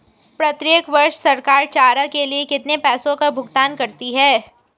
प्रत्येक वर्ष सरकार चारा के लिए कितने पैसों का भुगतान करती है?